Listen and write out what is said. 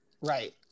Right